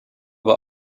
wel